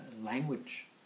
language